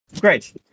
Great